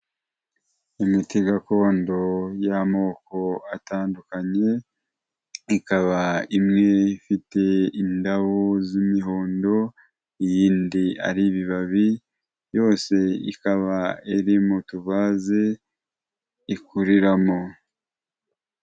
Imiti gakondo y'amoko atandukanye ikaba imwe ifite indabo z'imihondo, iyindi ari ibibabi, yose ikaba iri mu tuvaze ikuriramo.